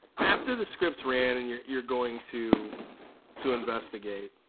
after the scripts ran and you're you're going to to investigate